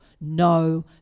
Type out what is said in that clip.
no